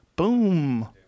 Boom